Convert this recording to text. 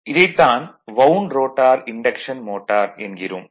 இதைத் தான் wound rotor induction motor என்கிறோம்